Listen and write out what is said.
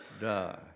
die